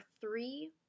three